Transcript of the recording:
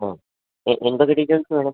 ആ എന്തൊക്കെ ഡീറ്റെയ്ൽസ് വേണം